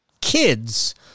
kids